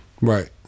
Right